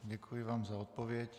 Děkuji vám za odpověď.